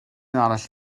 arall